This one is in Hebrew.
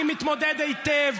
אני מתמודד היטב.